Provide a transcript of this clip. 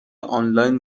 آنلاین